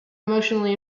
emotionally